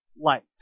light